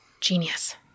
Genius